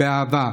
באהבה.